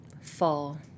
fall